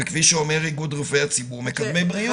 וכפי שאומר איגוד רופאי הציבור, מקדמי בריאות.